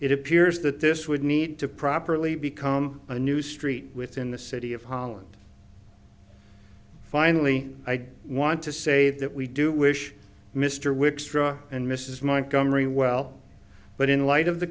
it appears that this would need to properly become a new street within the city of holland finally i do want to say that we do wish mr wickstrom and mrs montgomery well but in light of the